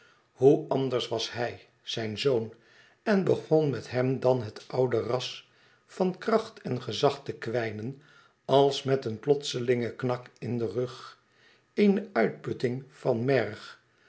hoe anders was hij zijn zoon en begon met hem dan het oude ras van kracht en gezag te kwijnen als met een plotselingen knak in den rug eene uitputting van merg